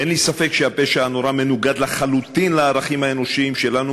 אין לי ספק שהפשע הנורא מנוגד לחלוטין לערכים האנושיים שלנו,